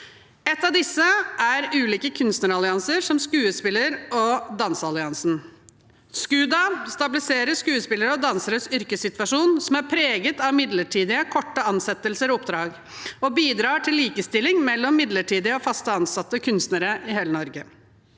Et av disse er ulike kunstnerallianser som Skuespiller- og danseralliansen, SKUDA. SKUDA stabiliserer skuespilleres og danseres yrkessituasjon, som er preget av midlertidighet, korte ansettelser og oppdrag, og bidrar til likestilling mellom midlertidig og fast ansatte kunstnere i hele Norge.